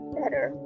better